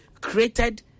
created